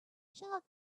jug